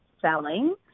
selling